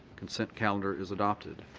consent calendar is adopted.